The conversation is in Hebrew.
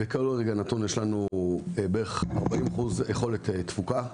יש לנו בערך 40% תפוקה,